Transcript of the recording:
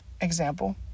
example